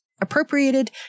appropriated